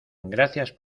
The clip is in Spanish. gracias